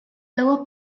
lower